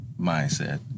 mindset